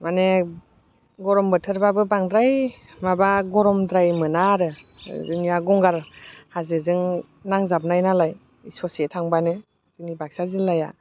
माने गरम बोथोरबाबो बांद्राय माबा गरमद्राय मोना आरो जोंनिया गंगार हाजोजों नांजाबनाय नालाय ससे थांबानो जोंनि बाक्सा जिल्लाया